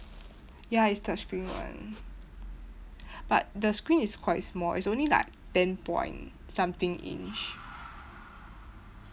ya it's touchscreen one but the screen is quite small it's only like ten point something inch